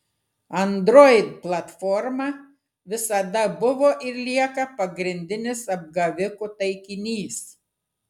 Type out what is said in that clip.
android platforma visada buvo ir lieka pagrindinis apgavikų taikinys